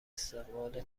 استقبال